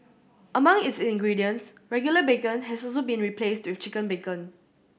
among its ingredients regular bacon has also been replaced with chicken bacon